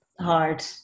hard